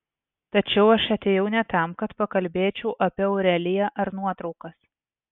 tačiau aš atėjau ne tam kad pakalbėčiau apie aureliją ar nuotraukas